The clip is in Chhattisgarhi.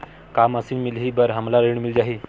का मशीन मिलही बर हमला ऋण मिल जाही?